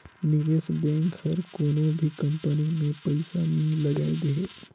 निवेस बेंक हर कोनो भी कंपनी में पइसा नी लगाए देहे